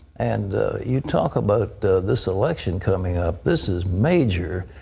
and you talk about this election coming up, this is major,